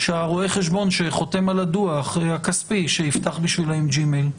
שהרואה חשבון שחותם על הדו"ח הכספי שיפתח בשבילם ג'ימייל.